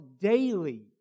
daily